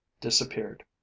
disappeared